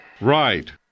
Right